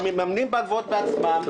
מהמממנים בהלוואות בעצמם,